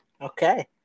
Okay